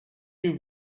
you